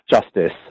justice